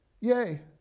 Yay